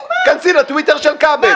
כנסי לטוויטר של כבל.